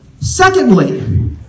Secondly